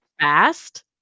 fast